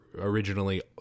originally